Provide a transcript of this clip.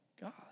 God